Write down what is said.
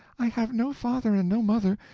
i have no father and no mother,